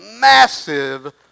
massive